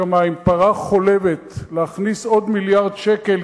המים פרה חולבת להכניס עוד מיליארד שקל,